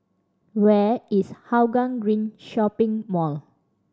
where is Hougang Green Shopping Mall